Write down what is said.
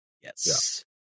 Yes